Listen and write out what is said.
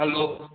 hello